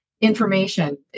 information